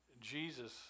Jesus